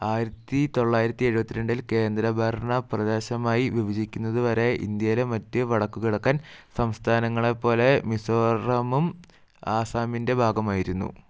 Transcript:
ആയിരത്തി തൊള്ളായിരത്തി എഴുപത്തി രണ്ടിൽ കേന്ദ്ര ഭരണ പ്രദേശമായി വിഭജിക്കുന്നതു വരെ ഇന്ത്യയിലെ മറ്റ് വടക്കു കിഴക്കൻ സംസ്ഥാനങ്ങളെപ്പോലെ മിസോറാമും ആസാമിൻ്റെ ഭാഗമായിരുന്നു